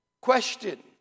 Question